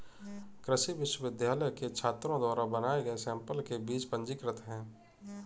कृषि विश्वविद्यालय के छात्रों द्वारा बनाए गए सैंपल के बीज पंजीकृत हैं